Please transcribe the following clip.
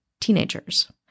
teenagers